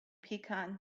pecan